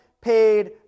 paid